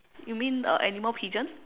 you mean a animal pigeon